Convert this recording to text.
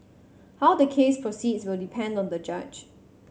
how the case proceeds will depend on the judge